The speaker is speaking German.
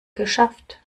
geschafft